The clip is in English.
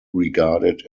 regarded